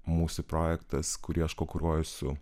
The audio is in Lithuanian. mūsų projektas kurį aš ko kuruoju su